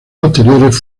posteriores